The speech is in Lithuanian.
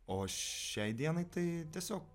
o šiai dienai tai tiesiog